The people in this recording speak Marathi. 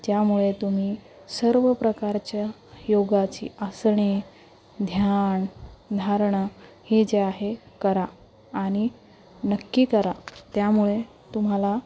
ज्यामुळे तुम्ही सर्व प्रकारच्या योगाची आसने ध्यान धारणं हे जे आहे करा आनि नक्की करा त्यामुळे तुम्हाला